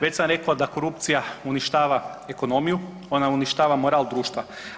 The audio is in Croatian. Već sam rekao da korupcija uništava ekonomiju, ona uništava moral društva.